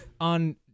on